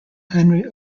henry